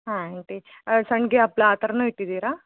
ಹಾಂ ಆಂಟಿ ಸಂಡಿಗೆ ಹಪ್ಳ ಆ ಥರನೂ ಇಟ್ಟಿದ್ದೀರಾ